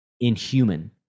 inhuman